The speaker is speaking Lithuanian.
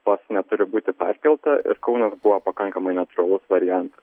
sostinė turi būti perkelta kaunas buvo pakankamai natūralus variantas